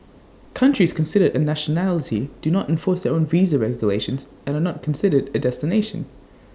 countries considered A nationality do not enforce their own visa regulations and are not considered A destination